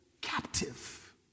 captive